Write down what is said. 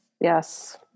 Yes